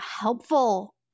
helpful